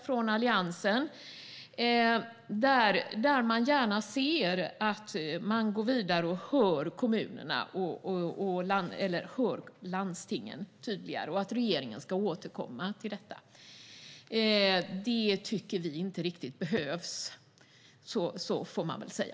I motionen skriver man att man gärna ser att regeringen går vidare och hör landstingen tydligare och att den ska återkomma i detta. Det tycker vi inte riktigt behövs; så får man väl säga.